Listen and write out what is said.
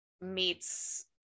meets